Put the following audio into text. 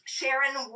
Sharon